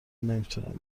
نمیتونم